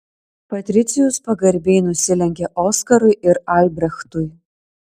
patricijus pagarbiai nusilenkė oskarui ir albrechtui